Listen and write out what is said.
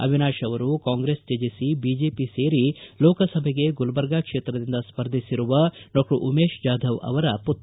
ಅವಿನಾಶ ಅವರು ಕಾಂಗ್ರೆಸ್ ತ್ಯಜಿಸಿ ಬಿಜೆಪಿ ಸೇರಿ ಲೋಕಸಭೆಗೆ ಗುಲಬರ್ಗಾ ಕ್ಷೇತ್ರದಿಂದ ಸ್ಪರ್ಧಿಸಿರುವ ಡಾಕ್ಷರ್ ಉಮೇಶ್ ಜಾಧವ್ ಅವರ ಮತ್ರ